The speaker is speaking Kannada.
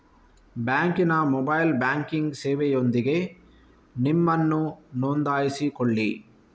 ಬ್ಯಾಂಕಿನ ಮೊಬೈಲ್ ಬ್ಯಾಂಕಿಂಗ್ ಸೇವೆಯೊಂದಿಗೆ ನಿಮ್ಮನ್ನು ನೋಂದಾಯಿಸಿಕೊಳ್ಳಿ